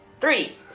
three